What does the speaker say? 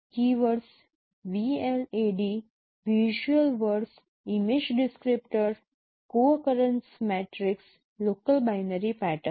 keywords VLAD visual words image descriptor co occurrence matrix local binary pattern